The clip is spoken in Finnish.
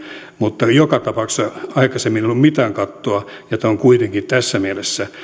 mutta joka tapauksessa aikaisemmin ei ollut mitään kattoa ja tämä on kuitenkin tässä mielessä